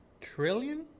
Trillion